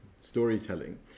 storytelling